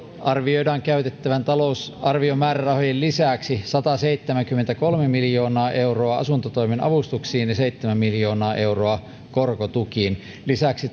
arvioidaan käytettävän talousarviomäärärahojen lisäksi sataseitsemänkymmentäkolme miljoonaa euroa asuntotoimen avustuksiin ja seitsemän miljoonaa euroa korkotukiin lisäksi